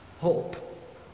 hope